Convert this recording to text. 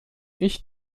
ich